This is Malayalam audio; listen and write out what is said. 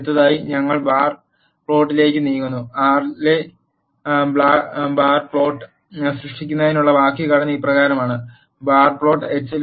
അടുത്തതായി ഞങ്ങൾ ബാർ പ്ലോട്ടിലേക്ക് നീങ്ങുന്നു ആർ യിൽ ബാർ പ്ലോട്ട് സൃഷ്ടിക്കുന്നതിനുള്ള വാക്യഘടന ഇപ്രകാരമാണ് ബാർ പ്ലോട്ട് h